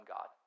God